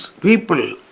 people